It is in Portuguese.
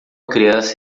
criança